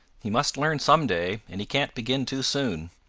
he must learn some day, and he can't begin too soon.